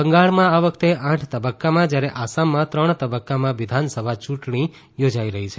બંગાળમાં આ વખતે આઠ તબક્કામાં જ્યારે આસામમાં ત્રણ તબક્કામાં વિધાનસભા ચૂંટણી યોજાઈ રહી છે